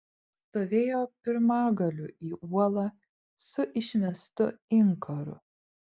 stovėjo pirmagaliu į uolą su išmestu inkaru